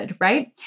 right